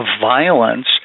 violence